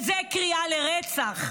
וזו קריאה לרצח.